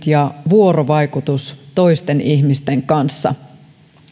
ja vuorovaikutus toisten ihmisten kanssa oli